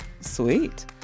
Sweet